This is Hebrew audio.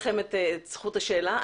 זכות השאלה.